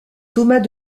thomas